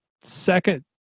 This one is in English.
second